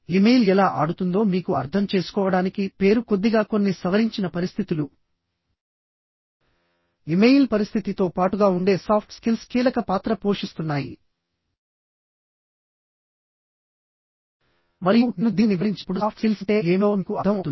email ఎలా ఆడుతుందో మీకు అర్థం చేసుకోవడానికి పేరు కొద్దిగా కొన్ని సవరించిన పరిస్థితులు ఇమెయిల్ పరిస్థితితో పాటుగా ఉండే సాఫ్ట్ స్కిల్స్ కీలక పాత్ర పోషిస్తున్నాయి మరియు నేను దీనిని వివరించినప్పుడు సాఫ్ట్ స్కిల్స్ అంటే ఏమిటో మీకు అర్థం అవుతుంది